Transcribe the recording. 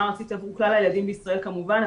הארצית עבור כלל הילדים בישראל כמובן,